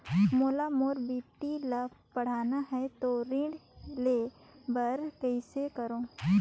मोला मोर बेटी ला पढ़ाना है तो ऋण ले बर कइसे करो